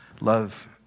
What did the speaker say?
love